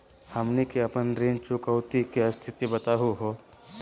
हमनी के अपन ऋण चुकौती के स्थिति बताहु हो?